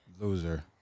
Loser